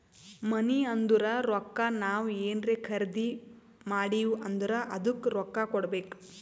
ಮನಿ ಅಂದುರ್ ರೊಕ್ಕಾ ನಾವ್ ಏನ್ರೇ ಖರ್ದಿ ಮಾಡಿವ್ ಅಂದುರ್ ಅದ್ದುಕ ರೊಕ್ಕಾ ಕೊಡ್ಬೇಕ್